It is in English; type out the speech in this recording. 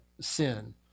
sin